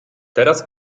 teraz